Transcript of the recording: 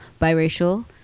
biracial